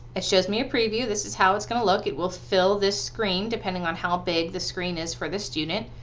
it shows me a preview. this is how it's going to look it will fill this screen, depending on how big the screen is for the student,